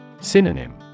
Synonym